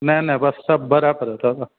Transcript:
न न बसि सभु बराबरि आहे दादा